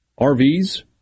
RVs